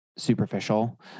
superficial